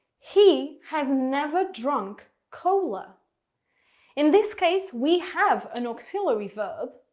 he has never drunk cola in this case, we have an auxiliary verb.